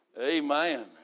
Amen